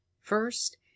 First